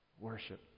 Worship